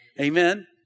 Amen